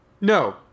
No